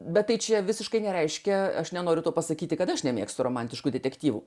bet tai čia visiškai nereiškia aš nenoriu pasakyti kad aš nemėgstu romantiškų detektyvų